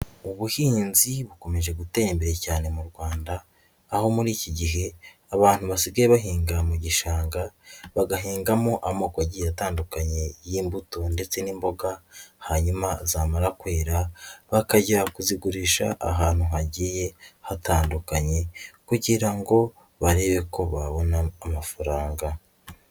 Ubuhinzi bukomeje gutera imbere cyane mu Rwanda aho muri iki gihe abantu basigaye bahinga mu gishanga bagahingamo amoko agiye atandukanye y'imbuto ndetse n'imboga hanyuma zamara kwera bakajya kuzigurisha ahantu hagiye hatandukanye kugira ngo barebe ko babona amafaranga.